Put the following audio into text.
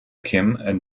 kim